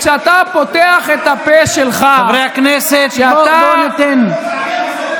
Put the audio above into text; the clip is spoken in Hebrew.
אתה והזבל הזה שכאן, אתם שניכם, ברקוביץ'